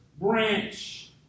branch